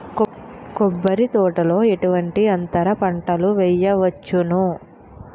కొబ్బరి తోటలో ఎటువంటి అంతర పంటలు వేయవచ్చును?